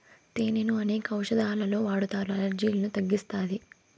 తేనెను అనేక ఔషదాలలో వాడతారు, అలర్జీలను తగ్గిస్తాది